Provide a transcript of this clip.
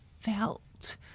felt